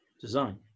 design